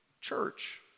Church